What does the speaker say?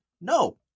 no